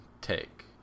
take